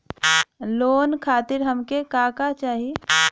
Loan खातीर हमके का का चाही?